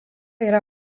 yra